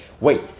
Wait